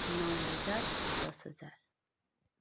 नौ हजार दस हजार